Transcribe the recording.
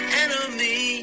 enemy